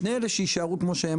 שני אלה שיישארו כמו שהם,